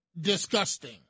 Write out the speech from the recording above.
disgusting